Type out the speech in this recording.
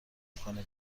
میکنه